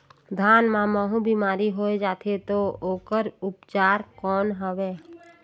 धान मां महू बीमारी होय जाथे तो ओकर उपचार कौन हवे?